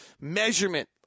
measurement